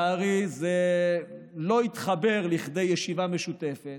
לצערי, זה לא התחבר לכדי ישיבה משותפת,